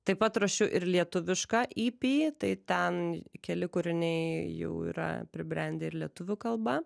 taip pat ruošiu ir lietuvišką ip tai ten keli kūriniai jau yra pribrendę ir lietuvių kalba